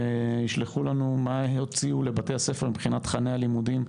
ישלחו לנו מה הוציאו לבתי הספר מבחינת תכני הלימודים,